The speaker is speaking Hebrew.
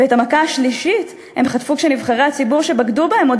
ואת המכה השלישית הם חטפו כשנבחרי הציבור שבגדו בהם עוד